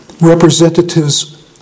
representatives